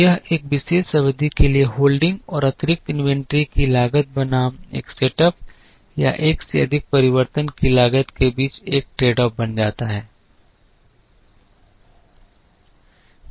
यह एक विशेष अवधि के लिए होल्डिंग और अतिरिक्त इन्वेंट्री की लागत बनाम एक सेटअप या एक से अधिक परिवर्तन की लागत के बीच एक ट्रेडऑफ़ बन जाता है